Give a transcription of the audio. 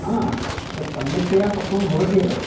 हा तत् सम्यक्तया पक्वं भवति एव